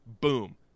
Boom